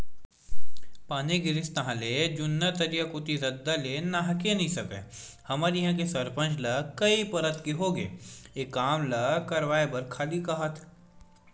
पानी गिरिस ताहले जुन्ना तरिया कोती रद्दा ले नाहके नइ सकस हमर इहां के सरपंच ल कई परत के होगे ए काम ल करवाय बर खाली काहत